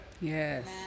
Yes